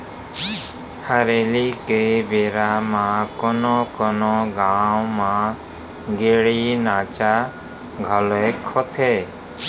हरेली के बेरा म कोनो कोनो गाँव म गेड़ी नाचा घलोक होथे